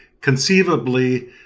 conceivably